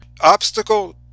obstacle